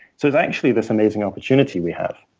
so it's actually this amazing opportunity we have.